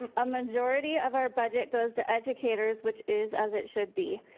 a majority of our budget goes to educators, which is as it should be.